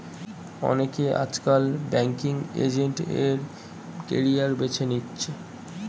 অনেকে আজকাল banking agent এর ক্যারিয়ার বেছে নিচ্ছে